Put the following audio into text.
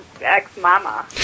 ex-mama